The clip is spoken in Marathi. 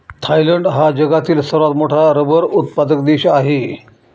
थायलंड हा जगातील सर्वात मोठा रबर उत्पादक देश आहे